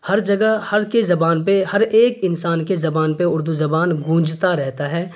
ہر جگہ ہر کے زبان پہ ایک ایک انسان کے زبان پہ اردو زبان گونجتا رہتا ہے